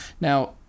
Now